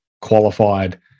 qualified